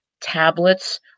tablets